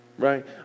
right